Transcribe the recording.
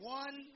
one